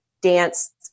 danced